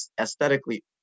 aesthetically